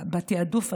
מהתיעדוף הזה?